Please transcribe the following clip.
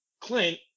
Clint